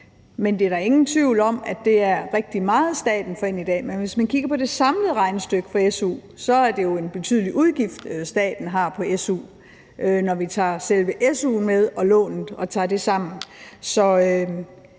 men der er da ingen tvivl om, at det er rigtig meget, staten får ind i dag. Men hvis man kigger på det samlede regnestykke for su, er det jo en betydelig udgift, staten har på su, når vi tager selve su'en med sammen